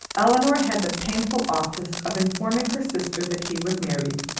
elinor had the painful office of informing her sister that he was married.